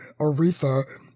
Aretha